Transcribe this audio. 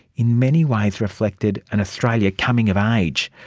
in many ways reflected an australia coming of age.